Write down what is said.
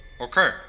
Okay